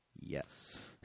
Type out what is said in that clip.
Yes